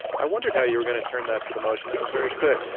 i wondered how you were going to turn that to the motion. that was very good.